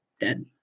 dead